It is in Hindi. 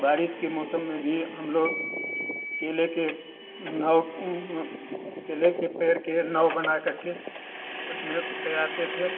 बारिश के मौसम में भी हम लोग केले के नाव केले के पेड़ के नाव बना करके उसमें तैराते थे